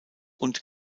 und